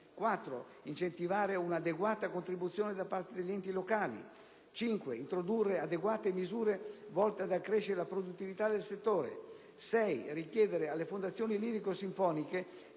incentivare un'adeguata contribuzione da parte degli enti locali; introdurre adeguate misure volte ad accrescere la produttività del settore; richiedere alle fondazioni lirico-sinfoniche